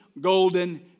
golden